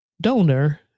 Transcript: donor